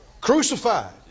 Crucified